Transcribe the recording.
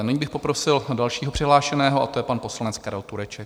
Nyní bych poprosil dalšího přihlášeného a to je pan poslanec Karel Tureček.